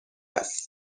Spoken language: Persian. است